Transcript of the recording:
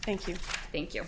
thank you thank you